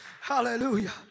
Hallelujah